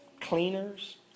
cleaners